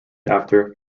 after